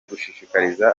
gushishikariza